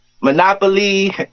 monopoly